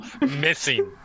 missing